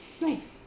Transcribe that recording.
Nice